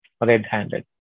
red-handed